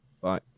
Bye